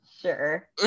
Sure